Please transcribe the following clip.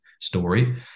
story